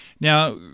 Now